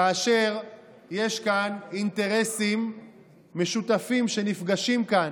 כאשר יש כאן אינטרסים משותפים שנפגשים כאן.